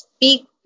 Speak